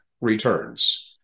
returns